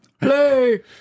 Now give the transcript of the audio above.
Play